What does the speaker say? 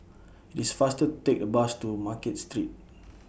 It's faster to Take A Bus to Market Street